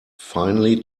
finely